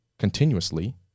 continuously